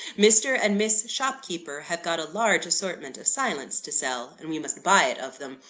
mr. and miss shopkeeper have got a large assortment of silence to sell and we must buy it of them,